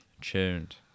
tuned